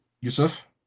Yusuf